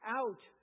out